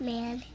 Man